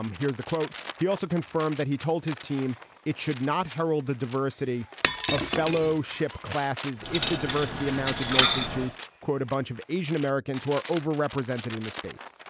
um here's the quote. he also confirmed that he told his team it should not herald the diversity of fellow ship classes. if the diversity amounted mostly to, quote, a bunch of asian-americans who are overrepresented in the space.